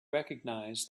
recognize